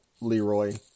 Leroy